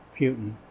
Putin